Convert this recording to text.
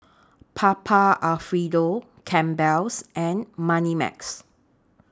Papa Alfredo Campbell's and Moneymax